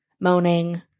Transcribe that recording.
moaning